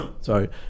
sorry